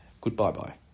goodbye-bye